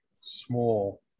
small